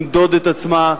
למדוד את עצמה,